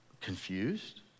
confused